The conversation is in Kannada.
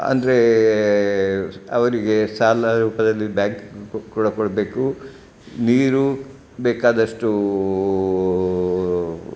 ಅಂದರೆ ಅವರಿಗೆ ಸಾಲ ರೂಪದಲ್ಲಿ ಬ್ಯಾಂಕ್ ಕೂಡ ಕೊಡಬೇಕು ನೀರು ಬೇಕಾದಷ್ಟು